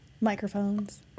microphones